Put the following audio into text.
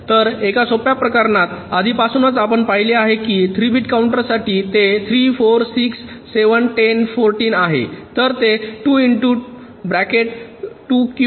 तर एका सोप्या प्रकरणात आधीपासूनच आपण पाहिले आहे 3 बिट काउंटरसाठी ते 3 4 6 7 10 14